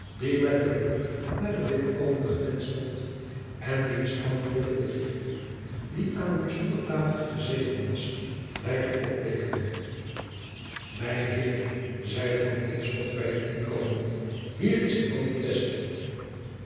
met den rug naar de binnenkomende gewend stond en wiens antwoorden de griffier die aan een bijzonder tafeltje gezeten was vlijtig opteekende mijne heeren zeide van kinschot bij t inkomen hier is de man in quaestie